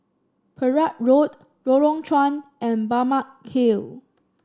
Perak Road Lorong Chuan and Balmeg Hill